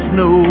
no